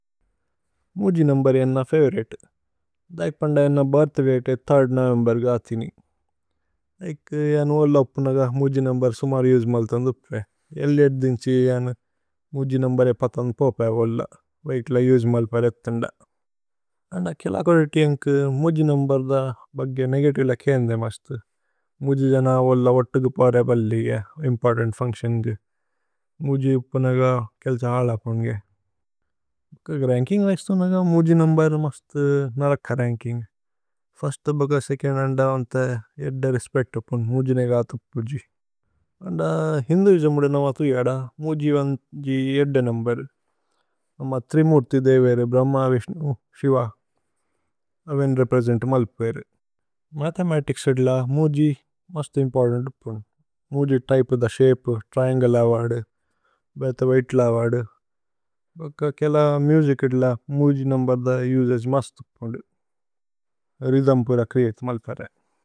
മുജി നമ്ബര് ഏ അന്ന ഫവോഉരിതേ। ദൈക് പന്ദ അന്ന। ബിര്ഥ് ദതേ ഏ നോവേമ്ബേര് ഗാതിനി ഏക് അനു ഓല്ല। ഉപ്നഗ മുജി നമ്ബര് സുമരി ഉജ്മല്തന് ദുപേ ദിന്സി। അനു മുജി നമ്ബര് ഏ പതന് പോപ ഏ ഓല്ല വൈക്ല। ഉജ്മല്തര് ഏത്തന്ദ അന്ദ കേല കോദേതി അന്കു മുജി। നമ്ബര് ദ ബഗ്ഗേ നേഗതി ല കേന്ദേ മസ്തു മുജി। ജന ഓല്ല വത്തു ഗു പൌരേ ബല്ലി ഗേ ഇമ്പോര്തന്ത്। ഫുന്ച്തിഓന് ഗേ മുജി ഉപ്നഗ കേല്സ ഹല പുന്ഗേ। ഭഗ്ഗേ രന്കിന്ഗ് ഐസ്ത ഉന്നഗ മുജി നമ്ബര്। മസ്തു നരക്ക രന്കിന്ഗ് ബഗ്ഗേ അന്ദ വന്തേ। ഏദ്ദേ രേസ്പേച്ത് ഉപ്നു മുജി നേഗതു പുജി അന്ദ। ഹിന്ദുഇസ്മ് ഉദിന വത്തു ജദ। മുജി വന്തി ഏദ്ദേ നമ്ബര് അമ്മ ത്രിമുര്തി ദേവേരേ। ഭ്രഹ്മ, വിശ്നു, ശിവ അവേന് രേപ്രേസേന്ത് മല്പ്വേരേ। മഥേമതിച്സ് ഏദ്ല മുജി മസ്തു ഇമ്പോര്തന്ത് ഉപ്നു। മുജി ത്യ്പേ ദ ശപേ ത്രിഅന്ഗ്ലേ അവദു ബേഥേ വ്ഹിതേ। ലവദു വൈക്ല കേല മുസിച് ഏദ്ല മുജി നമ്ബര് ദ। ഉസഗേ മസ്തു ഉപ്നു ര്ഹ്യ്ഥ്മ് പുര ച്രേഅതേ മല്പ്വേരേ।